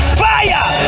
fire